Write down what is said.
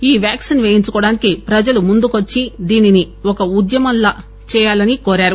ఈ వ్యాక్పిన్ పేయించుకోవడానికి ప్రజలు ముందుకు వచ్చి దీనిని ఒక ఉద్యమం చేయాలని కోరారు